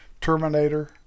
Terminator